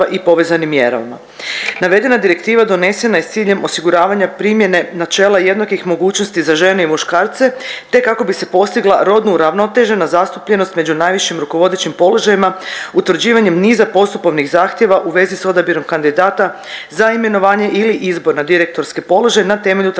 i povezanim mjerama. Navedena direktiva donesena je s ciljem osiguravanja primjene načela jednakih mogućnosti za žene i muškarce te kako bi se postigla rodno uravnotežena zastupljenost među najvišim rukovodećim položajima, utvrđivanjem niza postupovnih zahtjeva u vezi s odabirom kandidata za imenovanje ili izbor na direktorske položaje na temelju transparentnosti